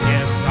Yes